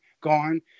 gone